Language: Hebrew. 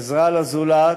עזרה לזולת,